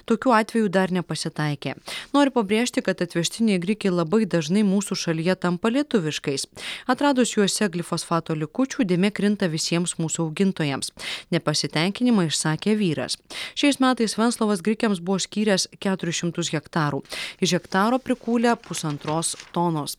tokių atvejų dar nepasitaikė noriu pabrėžti kad atvežtiniai grikiai labai dažnai mūsų šalyje tampa lietuviškais atradus juose glifosfato likučių dėmė krinta visiems mūsų augintojams nepasitenkinimą išsakė vyras šiais metais venslovas grikiams buvo skyręs keturis šimtus hektarų iš hektaro prikūlė pusantros tonos